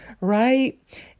right